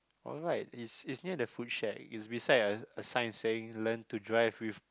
alright is is near the food shack it's beside a sign saying learn to drive with